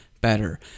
better